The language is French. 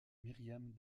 myriam